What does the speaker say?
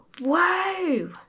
Whoa